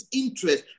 interest